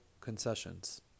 concessions